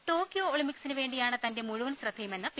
Tokyo Olympic സിന് വേണ്ടിയാണ് തന്റെ മുഴുവൻ ശ്രദ്ധയുമെന്ന് പി